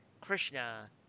krishna